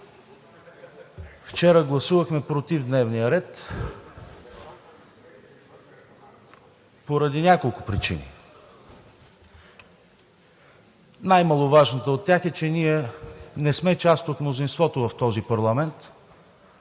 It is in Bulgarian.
Вчера гласувахме „против“ дневния ред поради няколко причини. Най-маловажната от тях е, че ние не сме част от мнозинството в този парламент